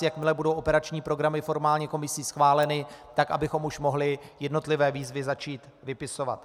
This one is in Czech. Jakmile budou operační programy formálně komisí schváleny, tak abychom už mohli jednotlivé výzvy začít vypisovat.